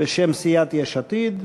בשם סיעת יש עתיד.